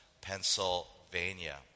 Pennsylvania